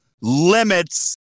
limits